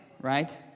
right